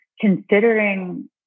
considering